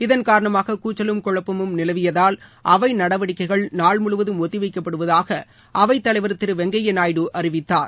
இதன் காரணமாக கூச்சலும் குழப்பமும் நிலவியதால் அவை நடவடிக்கைகள் நாள் முழுவதும் ஒத்தி வைக்கப்படுவதாக அவைத்தலைவர் திரு வெங்கையா நாயுடு அறிவித்தார்